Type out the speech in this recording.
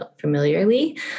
familiarly